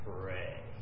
pray